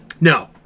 No